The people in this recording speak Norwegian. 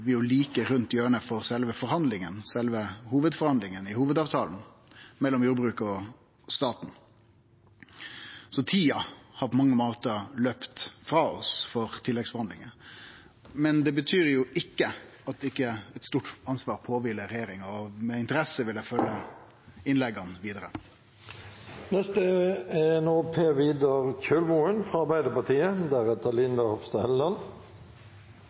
sjølve forhandlingane, sjølve hovudforhandlingane i hovudavtalen mellom jordbruket og staten, er like rundt hjørnet. Så tida har på mange måtar laupt frå oss med tanke på tilleggsforhandlingar, men det betyr ikkje at det ikkje ligg eit stort ansvar på regjeringa. Med interesse vil eg følgje innlegga